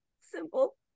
simple